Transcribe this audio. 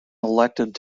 elected